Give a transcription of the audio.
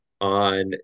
on